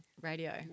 radio